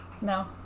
No